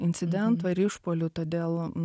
incidentų ar išpuolių todėl